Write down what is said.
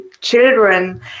children